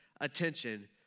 attention